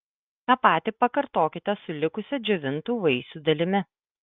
tą patį pakartokite su likusia džiovintų vaisių dalimi